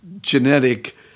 genetic